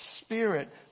Spirit